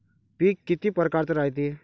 पिकं किती परकारचे रायते?